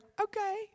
okay